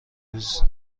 روز